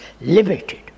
limited